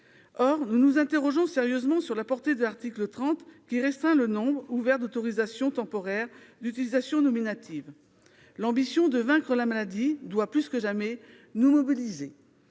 Or nous nous interrogeons sérieusement sur la portée de l'article 30 qui restreint le nombre ouvert d'autorisations temporaires d'utilisation nominatives. L'ambition de vaincre la maladie doit, plus que jamais, nous mobiliser.